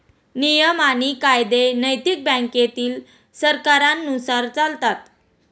नियम आणि कायदे नैतिक बँकेतील सरकारांनुसार चालतात